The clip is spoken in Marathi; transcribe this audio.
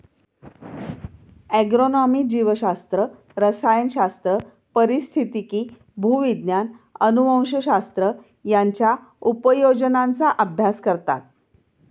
ॲग्रोनॉमी जीवशास्त्र, रसायनशास्त्र, पारिस्थितिकी, भूविज्ञान, अनुवंशशास्त्र यांच्या उपयोजनांचा अभ्यास करतात